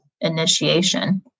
initiation